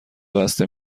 بسته